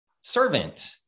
servant